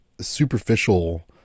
superficial